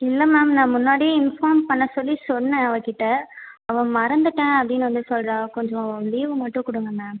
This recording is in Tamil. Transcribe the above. இல்லை மேம் நான் முன்னாடியே இன்ஃபாம் பண்ண சொல்லி சொன்னேன் அவள்கிட்ட அவள் மறந்துவிட்டேன் அப்படின்னு வந்து சொல்கிறா கொஞ்சம் லீவு மட்டும் கொடுங்க மேம்